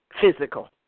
physical